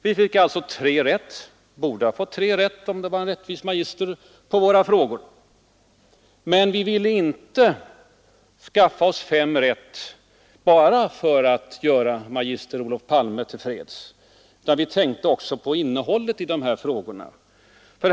Vi fick alltså tre rätt — eller borde ha fått tre rätt på våra frågor, om det varit en rättvis magister. Men vi ville inte skaffa oss fem rätt bara för att göra magister Olof Palme till freds, utan vi tänkte också på innehållet i frågorna.